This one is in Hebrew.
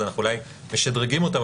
אז אולי אנחנו משדרגים אותם,